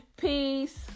Peace